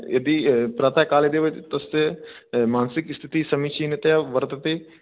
यदि प्रातःकाले यदि तस्य मानसिकस्थितिः समीचीनतया वर्तते